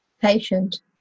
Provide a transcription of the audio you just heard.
patient